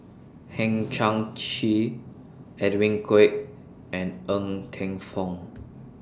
Hang Chang Chieh Edwin Koek and Ng Teng Fong